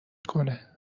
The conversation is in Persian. کنه